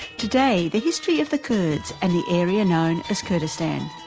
today, the history of the kurds and the area known as kurdistan.